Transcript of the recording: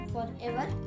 Forever